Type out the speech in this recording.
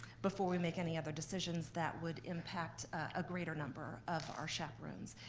before we make any other decisions that would impact a greater number of our chaperones.